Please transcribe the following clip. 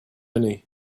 journey